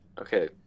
Okay